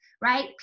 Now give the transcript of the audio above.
right